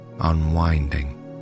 unwinding